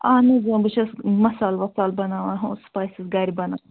اَہَن حظ بہٕ چھَس مصال وَصال بناوان ہُو سُپایسِز گَرِ بنان